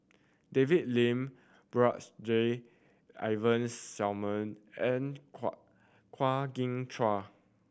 David Lim Brigadier Ivan Simson and Kwa Kwa Geok Choo